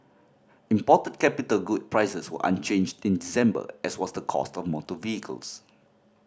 imported capital good prices were unchanged in December as was the cost of motor vehicles